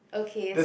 okay